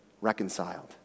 reconciled